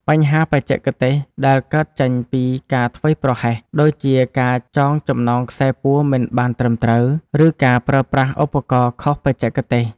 បញ្ហាបច្ចេកទេសដែលកើតចេញពីការធ្វេសប្រហែស ដូចជាការចងចំណងខ្សែពួរមិនបានត្រឹមត្រូវ ឬការប្រើប្រាស់ឧបករណ៍ខុសបច្ចេកទេស។